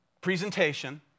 Presentation